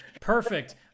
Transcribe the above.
Perfect